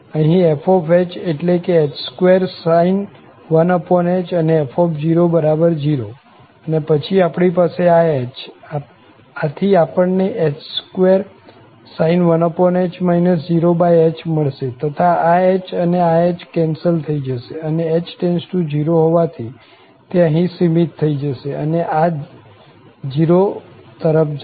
અહીં f એટલે કે h2sin 1h અને f00 અને પછી આપણી પાસે આ h આથી આપણને h2sin 1h 0h મળશે તથા આ h અને આ h કેન્સલ થઇ જશે અને h→0 હોવાથી તે અહીં સીમિત થઇ જશે અને આ 0 તરફ જશે